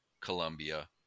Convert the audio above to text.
Colombia